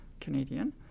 Canadian